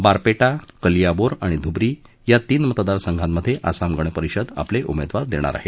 बारपेठा कलियाबोर आणि धुब्री या तीन मतदारसंघात आसाम गण परिषद आपले उमेदवार देणार आहे